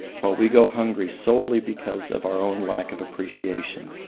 while we go hungry solely because of our own lack of appreciation.